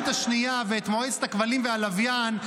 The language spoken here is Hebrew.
השנייה ואת מועצת הכבלים והלוויין.